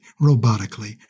robotically